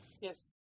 Yes